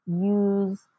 use